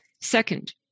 Second